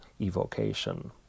evocation